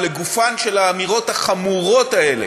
או לגופן של האמירות החמורות האלה,